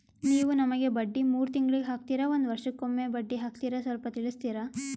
ನೀವು ನಮಗೆ ಬಡ್ಡಿ ಮೂರು ತಿಂಗಳಿಗೆ ಹಾಕ್ತಿರಾ, ಒಂದ್ ವರ್ಷಕ್ಕೆ ಒಮ್ಮೆ ಬಡ್ಡಿ ಹಾಕ್ತಿರಾ ಸ್ವಲ್ಪ ತಿಳಿಸ್ತೀರ?